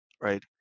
right